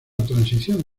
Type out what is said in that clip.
transición